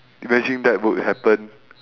imagine that would happen